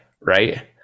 right